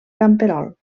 camperol